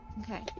Okay